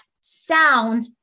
sound